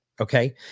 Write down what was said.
Okay